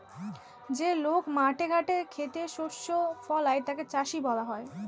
যে লোক মাঠে ঘাটে খেতে শস্য ফলায় তাকে চাষী বলা হয়